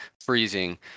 freezing